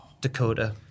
Dakota